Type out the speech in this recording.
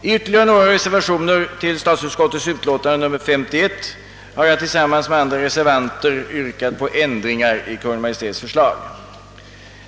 I andra reservationer till statsutskotteis utlåtande nr 51 har jag tillsammans med andra reservanter yrkat på ytterligare ändringar i Kungl. Maj:ts förslag.